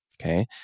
okay